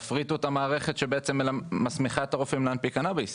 תפריטו את המערכת שמסמיכה את הרופאים להנפיק קנביס.